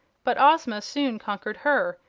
but ozma soon conquered her,